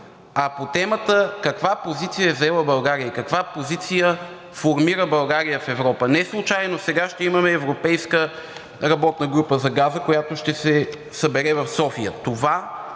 а по темата каква позиция е заела България и каква позиция формира България в Европа. Неслучайно сега ще имаме Европейска работна група за газа, която ще се събере в София. Това